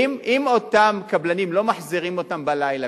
אם אותם קבלנים לא מחזירים אותם בלילה,